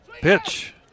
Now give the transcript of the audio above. Pitch